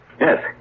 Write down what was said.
Yes